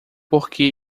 porque